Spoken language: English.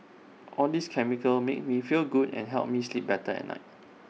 all these chemicals make me feel good and help me sleep better at night